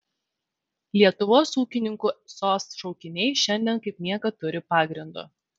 lietuvos ūkininkų sos šaukiniai šiandien kaip niekad turi pagrindo